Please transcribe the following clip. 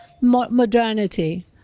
modernity